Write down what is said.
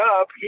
up